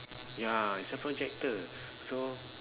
ya it's a projector so